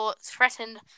threatened